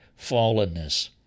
fallenness